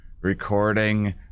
recording